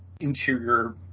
interior